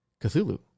Cthulhu